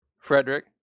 Frederick